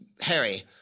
Harry